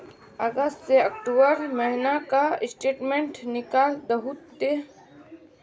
अगस्त से अक्टूबर महीना का स्टेटमेंट निकाल दहु ते?